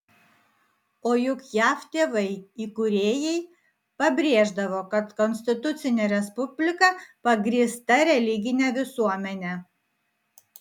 o juk jav tėvai įkūrėjai pabrėždavo kad konstitucinė respublika pagrįsta religine visuomene